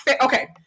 okay